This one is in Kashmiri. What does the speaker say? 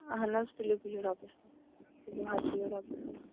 اَہَن حظ تُلِو بِہِو رۄبَس حَوال چلو حظ بِہِو رۄبَس حوال